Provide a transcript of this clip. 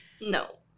no